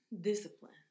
Discipline